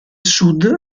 sud